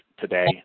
today